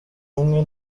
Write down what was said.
hamwe